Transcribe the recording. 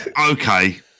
Okay